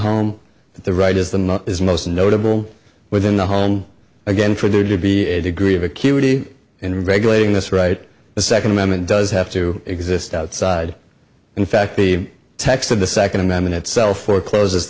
home the right is the most notable within the home again for there to be a degree of acuity in regulating this right the second amendment does have to exist outside in fact the text of the second amendment itself or closes